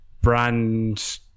brand